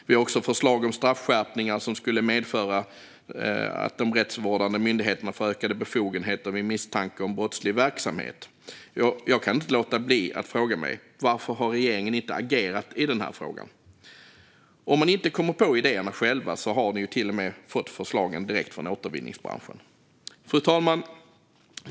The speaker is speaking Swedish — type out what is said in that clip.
Vi har också förslag om straffskärpningar som skulle medföra att de rättsvårdande myndigheterna får ökade befogenheter vid misstanke om brottslig verksamhet. Jag kan inte låta bli att fråga mig: Varför har regeringen inte agerat i frågan? Om ni inte kommer på idéerna själva har ni ju till och med fått förslagen direkt från återvinningsbranschen. Fru talman!